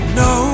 no